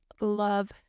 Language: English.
love